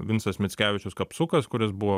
vincas mickevičius kapsukas kuris buvo